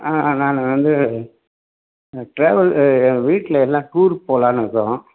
ஆ நான் வந்து ட்ராவல் வீட்டில் எல்லாம் டூருக்கு போகலான்னு இருக்கிறோம்